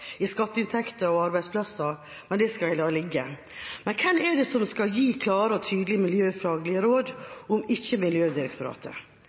men det skal jeg la ligge. Men hvem er det som skal gi klare og tydelige miljøfaglige råd om ikke Miljødirektoratet?